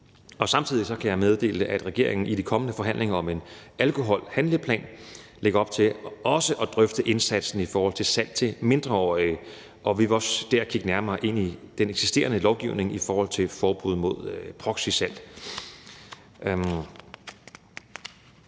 på. Samtidig kan jeg meddele, at regeringen i de kommende forhandlinger om en alkoholhandleplan lægger op til også at drøfte indsatsen i forhold til salg til mindreårige, og vi vil også dér kigge nærmere ind i den eksisterende lovgivning i forhold til forbud mod proxysalg.